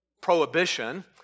prohibition